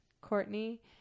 Courtney